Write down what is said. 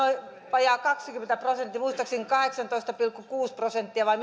vajaa kaksikymmentä prosenttia muistaakseni kahdeksantoista pilkku kuusi prosenttia vai